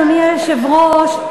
אדוני היושב-ראש,